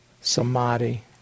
samadhi